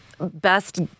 best